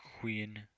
Queen